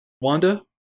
Wanda